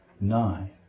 nine